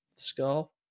skull